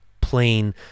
plain